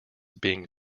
being